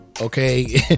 okay